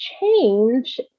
change